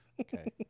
Okay